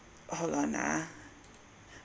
hold on ah